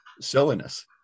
silliness